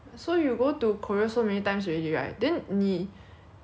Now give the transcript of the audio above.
um 全部那些季都 experience 过了是不是